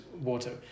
water